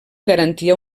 garantia